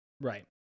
Right